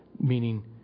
meaning